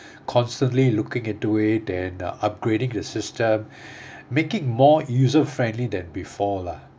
constantly looking into it and upgrading the system making more user friendly than before lah